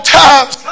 times